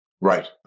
right